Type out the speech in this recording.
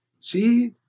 see